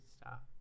stop